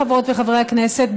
חברות וחברי הכנסת,